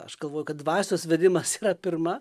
aš galvoju kad dvasios vedimas yra pirma